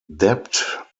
debt